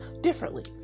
differently